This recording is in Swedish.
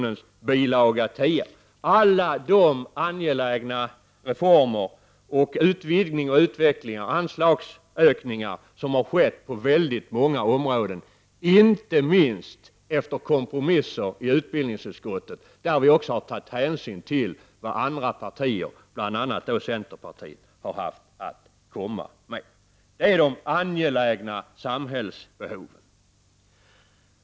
Där kan man finna alla de angelägna reformer och den utvidgning och utveckling av anslagen som skett på väldigt många områden, inte minst efter kompromisser i utbildningsutskottet. Då har vi också tagit hänsyn till vad andra partier, bl.a. centerpartiet, haft att komma med. Det är de angelägna samhällsbehoven.